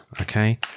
okay